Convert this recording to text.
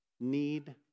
need